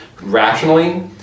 rationally